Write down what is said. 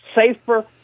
safer